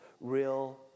real